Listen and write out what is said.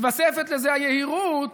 מתווספת לזה היהירות,